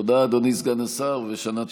תודה, אדוני סגן השר, ושנה טובה.